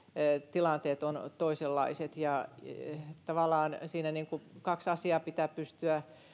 tilanteet ovat toisenlaiset tavallaan siinä kaksi asiaa pitää pystyä